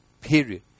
Period